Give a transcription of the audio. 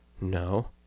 No